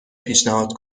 پیشنهاد